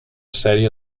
sèrie